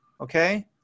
okay